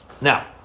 Now